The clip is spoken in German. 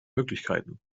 möglichkeiten